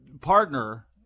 partner